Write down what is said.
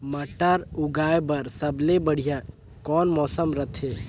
मटर उगाय बर सबले बढ़िया कौन मौसम रथे?